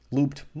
Looped